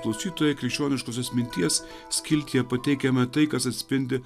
klausytojai krikščioniškosios minties skiltyje pateikiame tai kas atspindi